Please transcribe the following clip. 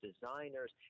designers